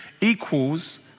equals